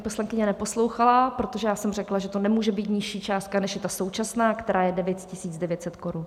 Paní poslankyně neposlouchala, protože já jsem řekla, že to nemůže být nižší částka, než je ta současná, která je 9 900 korun.